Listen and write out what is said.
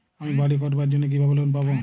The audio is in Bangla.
আমি বাড়ি করার জন্য কিভাবে লোন পাব?